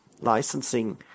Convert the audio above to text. licensing